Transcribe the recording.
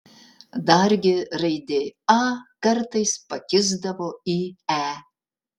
dargi raidė a kartais pakisdavo į e